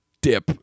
dip